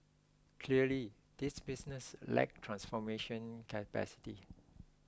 clearly these businesses lack transformation capacity